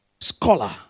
scholar